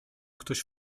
ktoś